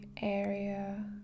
area